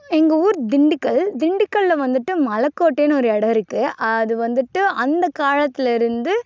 எங்கள் ஊர் திண்டுக்கல் திண்டுக்கலில் வந்துட்டு மலைக்கோட்டைனு ஒரு இடம் இருக்குது அது வந்துட்டு அந்த காலத்திலேருந்து